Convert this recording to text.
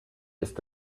ist